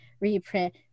reprint